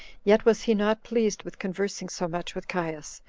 yet was he not pleased with conversing so much with caius.